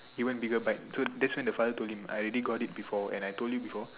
even bigger bite so that's when the father told him I already got it before and I told you before